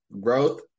growth